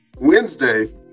Wednesday